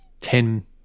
ten